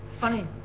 funny